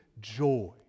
joy